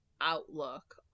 outlook